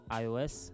ios